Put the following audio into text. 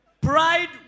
Pride